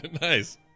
Nice